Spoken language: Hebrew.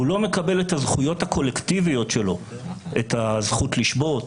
הוא לא מקבל את הזכויות הקולקטיביות שלו את הזכות לשבות,